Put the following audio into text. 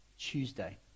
Tuesday